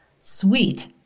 sweet